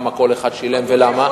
כמה כל אחד שילם ולמה.